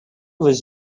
was